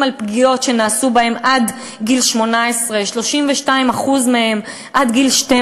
על פגיעות שנעשו בהם עד גיל 18 ו-32% מהם עד גיל 12,